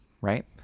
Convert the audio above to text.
Right